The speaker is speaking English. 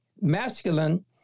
masculine